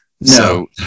No